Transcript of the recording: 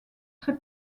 très